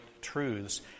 truths